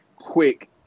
quick